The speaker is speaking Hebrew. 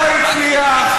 הצליח, הצליח.